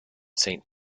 saint